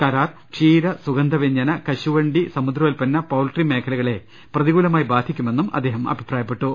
കരാർ ക്ഷീര സുഗന്ധ വ്യഞ്ജന കശുവണ്ടി സമു ദ്രോത്പന്ന പൌൾട്രി മേഖലകളെ പ്രതികൂലമായി ബാധിക്കുമെന്നും അദ്ദേഹം അഭിപ്രായപ്പെട്ടു